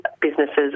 businesses